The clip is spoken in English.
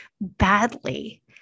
badly